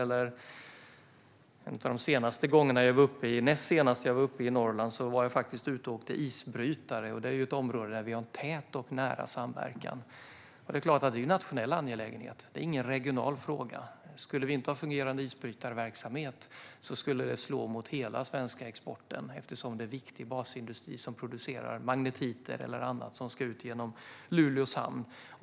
Den näst senaste gången jag var uppe i Norrland var jag faktiskt ute och åkte isbrytare, och det är också ett område där vi har en tät och nära samverkan. Det är såklart en nationell angelägenhet och inte någon regional fråga. Om vi inte hade fungerande isbrytarverksamhet skulle det slå mot hela den svenska exporten eftersom det rör sig om viktig basindustri som producerar magnetiter och annat, som ska ut genom Luleås hamn.